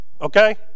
okay